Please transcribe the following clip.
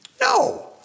no